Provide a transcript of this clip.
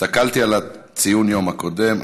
הסתכלתי על ציון היום הקודם.